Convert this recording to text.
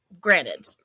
granted